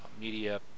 media